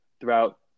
throughout